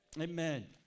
Amen